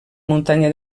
muntanya